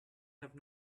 have